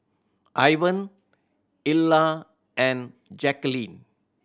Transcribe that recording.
Ivan Ilah and Jaqueline